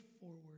forward